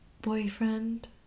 boyfriend